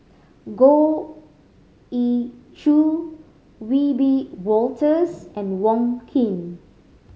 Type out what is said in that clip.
Goh Ee Choo Wiebe Wolters and Wong Keen